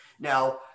Now